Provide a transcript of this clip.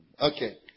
Okay